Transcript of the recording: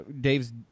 Dave's